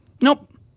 Nope